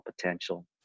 potential